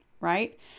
right